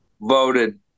voted